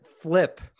flip